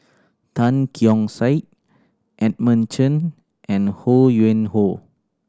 Tan Keong Saik Edmund Chen and Ho Yuen Hoe